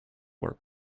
were